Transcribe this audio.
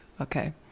Okay